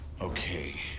Okay